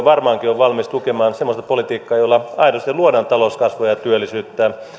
varmaankin ovat valmiita tukemaan semmoista politiikkaa jolla aidosti luodaan talouskasvua ja työllisyyttä